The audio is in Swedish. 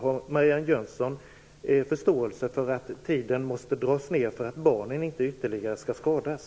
Har Marianne Jönsson förståelse för att tidsåtgången måste dras ned för att barnen inte ytterligare skall skadas?